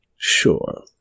Sure